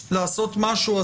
כדי לעשות משהו,